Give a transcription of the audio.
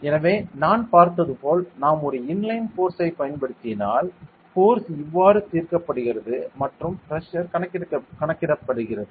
எனவே நான் பார்த்தது போல் நாம் ஒரு இன்லைன் ஃபோர்ஸ்சைப் பயன்படுத்தினால் ஃபோர்ஸ் இவ்வாறு தீர்க்கப்படுகிறது மற்றும் பிரஷர் கணக்கிடப்படுகிறது